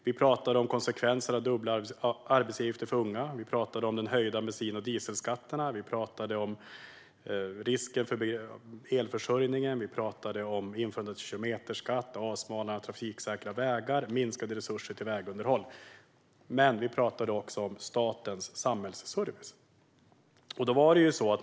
Vi pratade om konsekvenser av dubbla arbetsgivaravgifter för unga, om de höjda bensin och dieselskatterna, om risker för elförsörjningen, om införandet av kilometerskatt, om avsmalnande och trafiksäkra vägar och minskade resurser till vägunderhåll. Men vi pratade också om statens samhällsservice.